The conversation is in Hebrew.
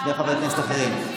שני חברי כנסת אחרים.